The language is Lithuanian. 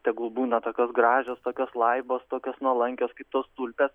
tegul būna tokios gražios tokios laibos tokios nuolankios kaip tos tulpės